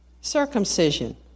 Circumcision